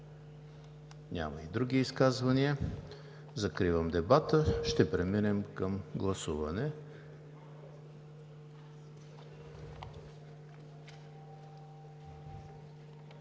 Няма други изказвания. Закривам дебата. Ще преминем към гласуване.